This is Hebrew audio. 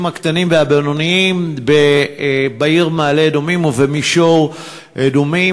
הקטנים והבינוניים בעיר מעלה-אדומים ובמישור-אדומים.